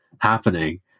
happening